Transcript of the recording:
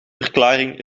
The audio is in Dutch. verklaring